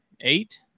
Eight